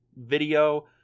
video